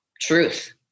truth